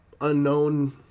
unknown